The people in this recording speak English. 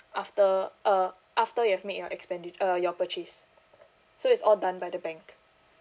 after uh after you have made your expendi~ uh your purchase so it's all done by the bank